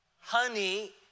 honey